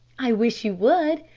i wish you would,